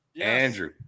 andrew